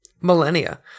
millennia